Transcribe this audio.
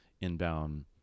inbound